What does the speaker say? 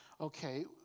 okay